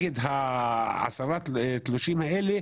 וכנגד עשרת התלושים האלה,